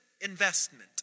investment